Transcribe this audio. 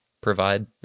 provide